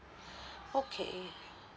okay